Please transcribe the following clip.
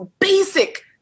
basic